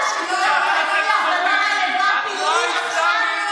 הוא קרא לכם "סוטים".